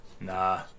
Nah